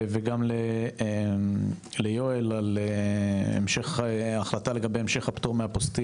וגם ליואל על המשך החלטה לגבי המשך הפטור מאפוסטיל